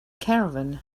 caravan